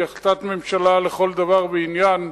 שהיא החלטת ממשלה לכל דבר ועניין,